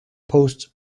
post